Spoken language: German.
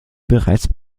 bereits